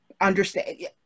understand